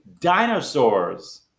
dinosaurs